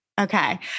Okay